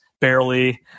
barely